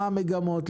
מה המגמות,